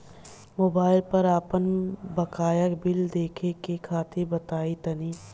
Mobile पर आपन बाकाया बिल देखे के तरीका बताईं तनि?